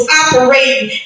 operating